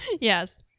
Yes